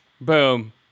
Boom